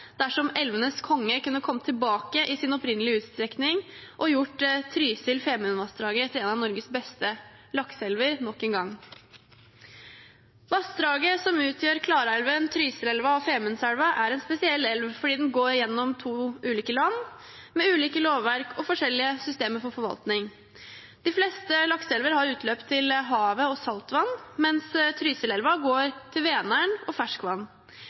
dersom elvenes konge kunne ha kommet tilbake i sin opprinnelige utstrekning og gjort Trysil- og Femundvassdraget til en av Norges beste lakseelver nok en gang. Vassdraget som utgjør Klarälven, Trysilelva og Femundselva, er en spesiell elv fordi den går gjennom to ulike land med ulike lovverk og forskjellige systemer for forvaltning. De fleste lakseelver har utløp til havet og saltvann, mens Trysilelva går til Vänern og ferskvann.